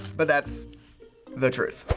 but that's the truth.